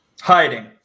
hiding